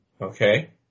Okay